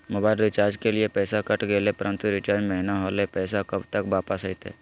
Mobile recharge के लिए पैसा कट गेलैय परंतु रिचार्ज महिना होलैय, पैसा कब तक वापस आयते?